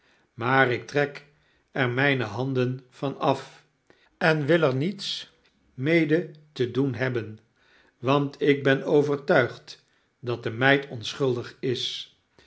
aar ik trek er mijne handen van af en wil er niets mede te doen hebben want ik ben overtuigd dat de meid onschuldig is